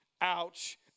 ouch